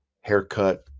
haircut